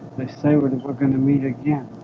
they say we are going to meet again